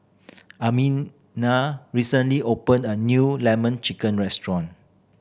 Amina recently opened a new Lemon Chicken restaurant